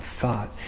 thought